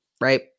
right